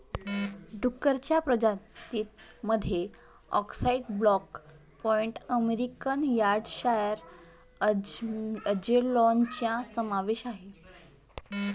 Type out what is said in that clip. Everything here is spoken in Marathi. डुक्करांच्या प्रजातीं मध्ये अक्साई ब्लॅक पाईड अमेरिकन यॉर्कशायर अँजेलॉनचा समावेश आहे